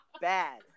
Bad